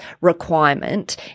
requirement